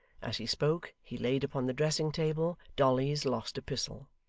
as he spoke, he laid upon the dressing-table, dolly's lost epistle.